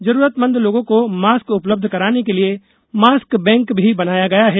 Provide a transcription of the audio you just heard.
जरूरतमंद लोगों को मास्क उपलब्ध कराने के लिए मास्क बैंक भी बनाया गया है